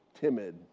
timid